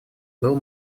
был